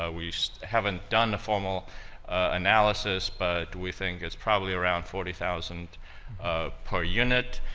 ah we haven't done the formal analysis, but we think it's probably around forty thousand per unit.